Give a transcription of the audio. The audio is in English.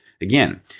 Again